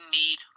need